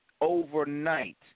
overnight